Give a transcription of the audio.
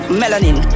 melanin